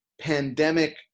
pandemic